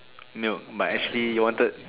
milk but actually you wanted